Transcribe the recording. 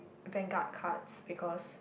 vanguard cards because